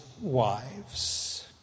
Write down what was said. wives